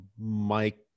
Mike